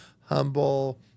Humble